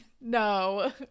No